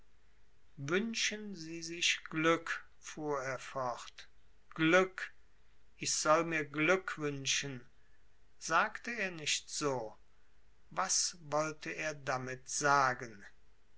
wünschen sie sich glück fuhr er fort glück ich soll mir glück wünschen sagte er nicht so was wollte er damit sagen